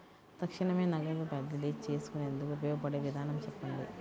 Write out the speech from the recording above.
తక్షణమే నగదు బదిలీ చేసుకునేందుకు ఉపయోగపడే విధానము చెప్పండి?